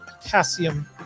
potassium